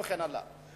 וכן הלאה.